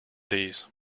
these